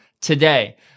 today